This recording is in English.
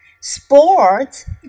Sports